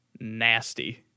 Nasty